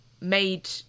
made